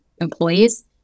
employees